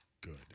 good